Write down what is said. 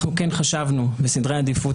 אנחנו כן חשבנו בסדרי עדיפות,